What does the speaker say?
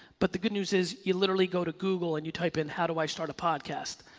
but the good news is you literally go to google and you type in how do i start a podcast.